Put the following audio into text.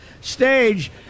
stage